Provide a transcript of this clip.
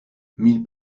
mille